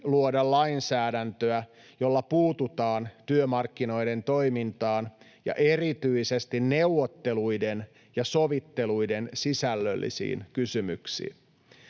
luoda lainsäädäntöä, jolla puututaan työmarkkinoiden toimintaan ja erityisesti neuvotteluiden ja sovitteluiden sisällöllisiin kysymyksiin.